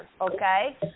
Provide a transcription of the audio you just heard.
Okay